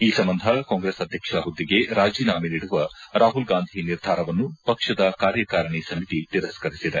ಈ ಸಂಬಂಧ ಕಾಂಗ್ರೆಸ್ ಅಧ್ಯಕ್ಷ ಪುದ್ದೆಗೆ ರಾಜೀನಾಮೆ ನೀಡುವ ರಾಹುಲ್ ಗಾಂಧಿ ನಿರ್ಧಾರವನ್ನು ಪಕ್ಷದ ಕಾರ್ಯಕಾರಿ ಸಮಿತಿ ತಿರಸ್ಲರಿಸಿದೆ